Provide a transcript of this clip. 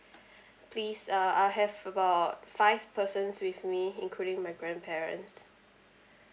please uh I have about five persons with me including my grandparents